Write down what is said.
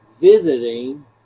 visiting